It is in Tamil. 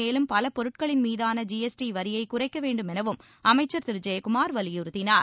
மேலும் பல பொருட்களின் மீதான ஜிஎஸ்டி வரியைக் குறைக்க வேண்டும் எனவும் அமைச்சர் திரு ஜெயக்குமார் வலியுறுத்தினார்